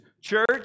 Church